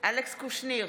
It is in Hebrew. אלכס קושניר,